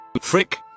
Frick